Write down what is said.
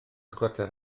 chwarter